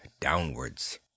downwards